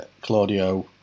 Claudio